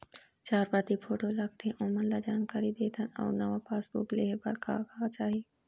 चार प्रति फोटो लगथे ओमन ला जानकारी देथन अऊ नावा पासबुक लेहे बार का का चाही?